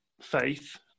faith